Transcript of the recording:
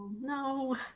no